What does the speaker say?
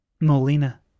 Molina